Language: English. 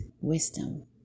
Wisdom